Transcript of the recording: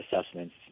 assessments